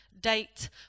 date